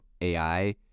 AI